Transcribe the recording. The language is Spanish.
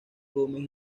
gómez